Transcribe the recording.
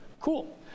cool